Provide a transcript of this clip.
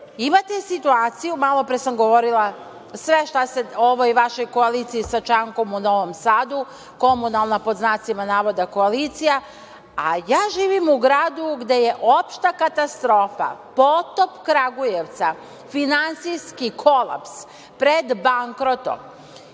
imate situaciju, malopre sam govorila sve šta se u ovoj vašoj koaliciji sa Čankom u Novom Sadu, komunalna, pod znacima navoda, koalicija, a ja živim u gradu gde je opšta katastrofa, potop Kragujevca, finansijski kolaps, pred bankrotom. Sad,